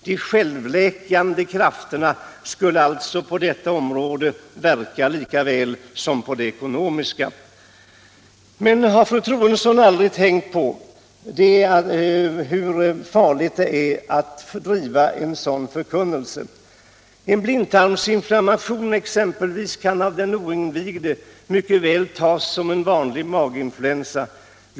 De självläkande krafterna skulle alltså verka på detta område lika väl som på det ekonomiska. Men har fru Troedsson aldrig tänkt på hur farligt det är att föra ut en sådan förkunnelse? Exempelvis en blindtarmsinflammation kan av den oinvigde mycket väl tas som vanlig maginfluensa.